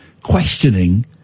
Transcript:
questioning